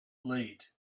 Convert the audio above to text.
late